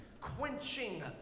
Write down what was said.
quenching